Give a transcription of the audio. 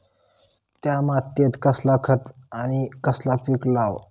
त्या मात्येत कसला खत आणि कसला पीक लाव?